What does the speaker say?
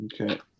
Okay